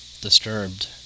disturbed